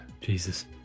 Jesus